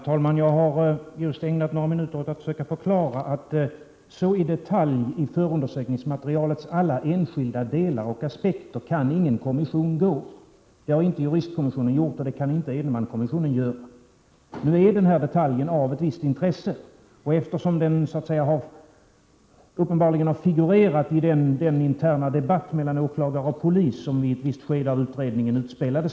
Enligt riksdagens utredningstjänst har under åren 1984—1987 löntagarfonderna tillförts 570-600 milj.kr. i form av vinstdelningsskatt och löntagarfondsavgifter från de fyra norra länen. Dessa nära 600 milj.kr. har löntagarfonderna i huvudsak använt till aktieköp från gamla aktieägare i de stora börsföretagen. Löntagarfondsskatterna har dels tagits från alla inkomsttagare, dels från i huvudsak små och medelstora företag, som därigenom hindrats i sin normala expansion och utveckling.